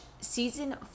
season